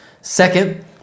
Second